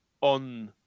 on